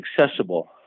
accessible